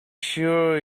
sure